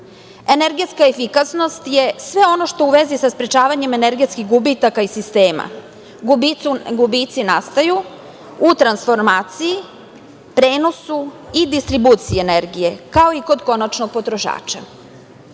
efikasnost je sve ono što u vezi sa sprečavanjem energetskih gubitaka iz sistema, gubici nastaju u transformaciji, prenosu i distribuciji energije, kao i kod konačnog potrošača.